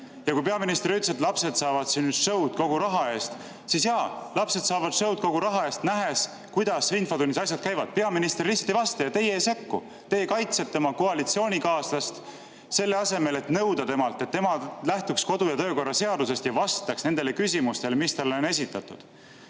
Ja kui peaminister ütles, et lapsed saavad siin sõud kogu raha eest, siis jaa, lapsed saavad sõud kogu raha eest, nähes, kuidas infotunnis asjad käivad: peaminister lihtsalt ei vasta ja teie ei sekku. Kaitsete oma koalitsioonikaaslast, selle asemel, et nõuda temalt, et ta lähtuks kodu‑ ja töökorra seadusest ja vastaks nendele küsimustele, mis talle on esitatud. Probleem